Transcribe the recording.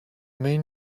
mean